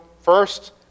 first